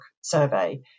survey